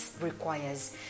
requires